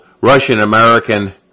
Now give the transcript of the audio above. Russian-American